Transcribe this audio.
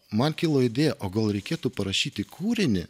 man kilo idėja o gal reikėtų parašyti kūrinį